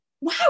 wow